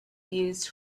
used